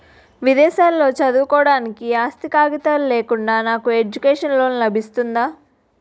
విదేశాలలో చదువుకోవడానికి ఆస్తి కాగితాలు లేకుండా నాకు ఎడ్యుకేషన్ లోన్ లబిస్తుందా?